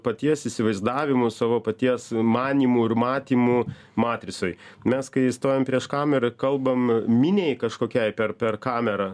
paties įsivaizdavimu savo paties manymu ir matymu matricoj mes kai stojam prieš kamerą kalbam miniai kažkokiai per per kamerą